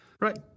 Right